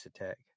attack